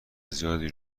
زیادی